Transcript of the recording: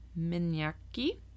Minyaki